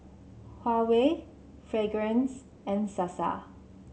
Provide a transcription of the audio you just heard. Huawei Fragrance and Sasa